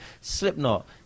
Slipknot